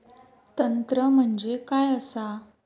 तंत्र म्हणजे काय असा?